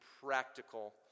practical